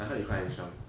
I heard you like his song